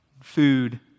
food